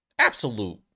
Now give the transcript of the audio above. absolute